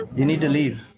you need to leave.